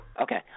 okay